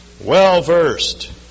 well-versed